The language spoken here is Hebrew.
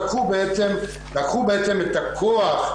לקחו בעצם את הכוח,